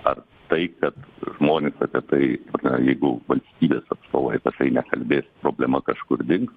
ar tai kad žmonės apie tai na jeigu valstybės atstovai apie tai nekalbės problema kažkur dings